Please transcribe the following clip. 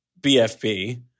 BFB